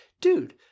dude